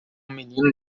menino